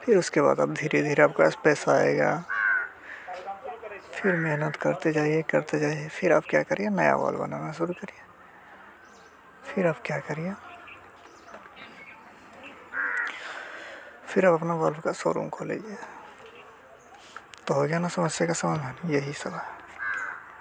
फिर उसके बाद आप धीरे धीरे आपके पास पैसा आएगा फिर मेहनत करते जाइए करते जाइए फिर आप क्या करिए नया वॉल बनाना शुरू करिए फिर आप क्या करिए फिर आप अपना वर्क का शोरूम खोल लीजिए तो हो गया ना समस्या का समाधान यही सब है